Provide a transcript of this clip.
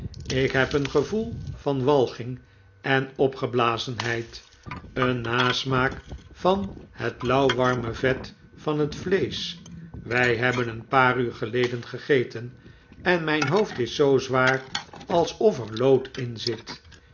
ik heb een gevoel van walging en opgeblazenheid een nasmaak van het lauwwarme vet van het vleesch wij hebben een paar uur geleden gegeten en mijn hoofd is zoo zwaar alsof er lood in zit